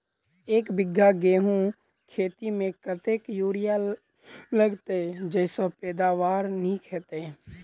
एक बीघा गेंहूँ खेती मे कतेक यूरिया लागतै जयसँ पैदावार नीक हेतइ?